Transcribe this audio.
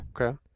Okay